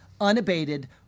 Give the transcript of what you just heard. unabated